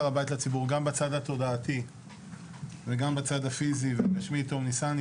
לציבור גם בצד התודעתי וגם בצד הפיסי תום ניסני,